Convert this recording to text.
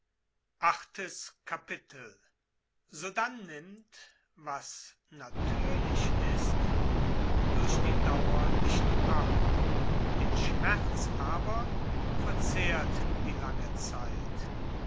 sodann nimmt was natürlich ist durch die dauer nicht ab den schmerz verzehrt die lange zeit